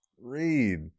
Read